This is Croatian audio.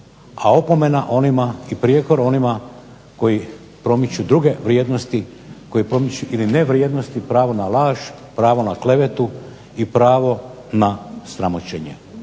a opomena onima i prijekor onima koji promiču druge vrijednosti ili nevrijednosti, pravo na laž, pravo na klevetu i pravo na sramoćenje.